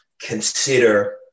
consider